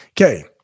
Okay